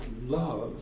love